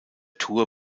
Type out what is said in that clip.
tour